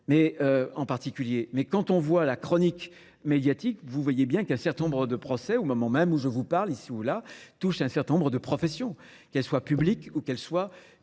en particulier. Mais quand on voit la chronique médiatique, vous voyez bien qu'un certain nombre de procès, au moment même où je vous parle ici ou là, touchent à un certain nombre de professions, qu'elles soient publiques ou qu'elles soient